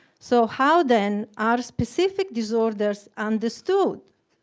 so how, then, are specific disorders understood,